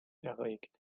erregt